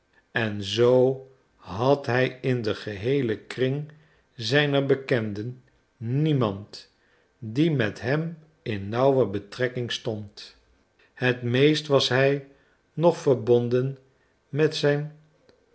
en zoo had hij in den geheelen kring zijner bekenden niemand die met hem in nauwe betrekking stond het meest was hij nog verbonden met zijn